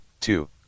two